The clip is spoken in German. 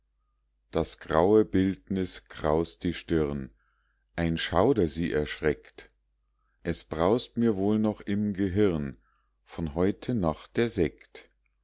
das graue bildnis kraust die stirn ein schauder sie erschreckt es braust mir wohl noch im gehirn von heute nacht der sekt